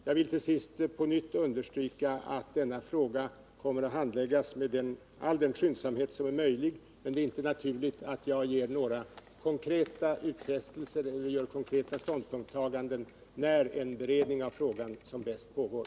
Jag vill till sist understryka att denna fråga kommer att handläggas med all den skyndsamhet som är möjlig, men det är inte naturligt att jag ger några konkreta utfästelser eller gör några konkreta ståndpunktstaganden när en beredning av frågan som bäst pågår.